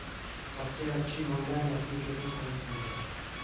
सबसे अच्छी online application कौन सी है?